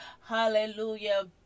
hallelujah